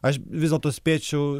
aš vis dėlto spėčiau